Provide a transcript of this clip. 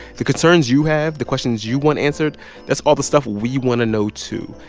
the concerns you have, the questions you want answered that's all the stuff we want to know, too.